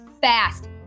fast